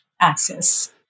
access